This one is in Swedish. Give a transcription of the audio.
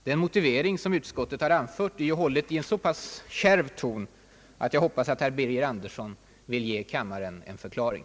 Den motivering som utskottet anfört är hållen i en så pass kärv ton att jag hoppas att herr Birger Andersson vill ge kammaren en förklaring.